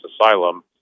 asylum